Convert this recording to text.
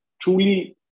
truly